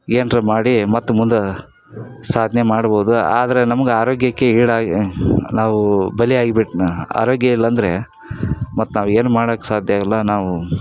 ಏನಾರಾ ಮಾಡಿ ಮತ್ತೆ ಮುಂದೆ ಸಾಧನೆ ಮಾಡ್ಬೋದು ಆದ್ರೆ ನಮ್ಗೆ ಆರೋಗ್ಯಕ್ಕೆ ಈಡಾಗಿ ನಾವು ಬಲಿಯಾಗಿ ಬಿಟ್ನ ಆರೋಗ್ಯ ಇಲ್ಲಾಂದರೆ ಮತ್ತೆ ನಾವೇನು ಮಾಡಕ್ಕೆ ಸಾಧ್ಯ ಇಲ್ಲ ನಾವು